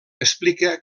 explica